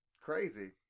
crazy